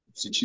se